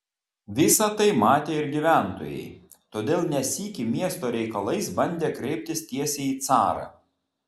visa tai matė ir gyventojai todėl ne sykį miesto reikalais bandė kreiptis tiesiai į carą